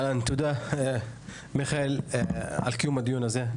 תודה, מיכאל, על קיום הדיון הזה.